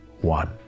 one